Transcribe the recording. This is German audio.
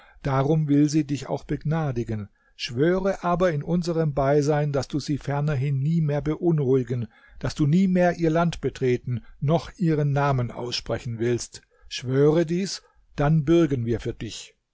darum will sie dich auch begnadigen schwöre aber in unserem beisein daß du sie fernerhin nie mehr beunruhigen daß du nie mehr ihr land betreten noch ihren namen aussprechen willst schwöre dies dann bürgen wir für dich